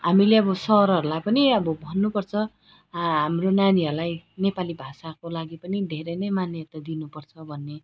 हामीले अब सरहरूलाई पनि अब भन्नुपर्छ आ हाम्रो नानीहरूलाई नेपाली भाषाको लागि पनि धेरै नै मान्यता दिनुपर्छ भन्ने